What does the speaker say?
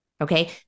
okay